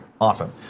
Awesome